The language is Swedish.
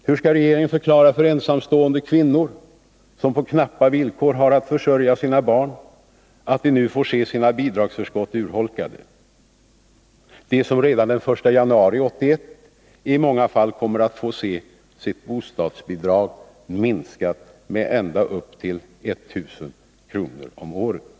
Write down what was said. Hur skall regeringen förklara för ensamstående kvinnor, som på knappa villkor har att försörja sina barn, att de nu får se sina bidragsförskott urholkade — de som redan den 1 januari 1981 i många fall kommer att få se sitt bostadsbidrag minskat med ända upp till 1000 kr. om året?